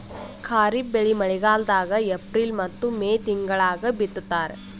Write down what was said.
ಖಾರಿಫ್ ಬೆಳಿ ಮಳಿಗಾಲದಾಗ ಏಪ್ರಿಲ್ ಮತ್ತು ಮೇ ತಿಂಗಳಾಗ ಬಿತ್ತತಾರ